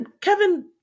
Kevin